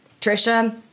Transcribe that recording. Trisha